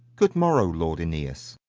good morrow, lord aeneas.